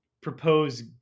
propose